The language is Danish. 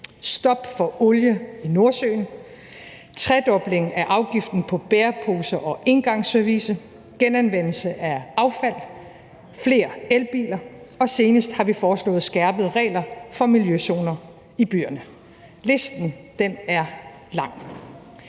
stop for olieproduktion i Nordsøen, en tredobling af afgiften på bæreposer og engangsservice, genanvendelse af affald, flere elbiler, og senest har vi foreslået skærpede regler for miljøzoner i byerne. Listen er lang.